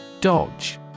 Dodge